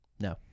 No